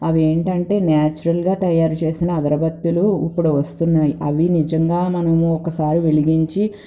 అవి ఏంటంటే న్యాచురల్గా తయారు చేసిన అగరుబత్తీలు ఇప్పుడు వస్తున్నాయి అవి నిజంగా మనము ఒకసారి వెలిగించి